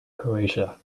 croatia